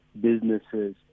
businesses